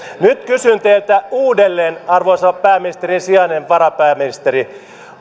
nyt kysyn teiltä uudelleen arvoisa pääministerin sijainen varapääministeri